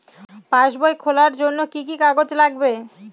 পাসবই খোলার জন্য কি কি কাগজ লাগবে?